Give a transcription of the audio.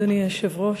אדוני היושב-ראש,